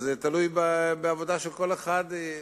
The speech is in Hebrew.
זה תלוי בעבודה של כל אחד.